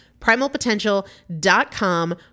Primalpotential.com